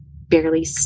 barely